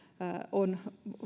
on